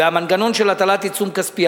והמנגנון של הטלת עיצום כספי.